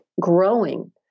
growing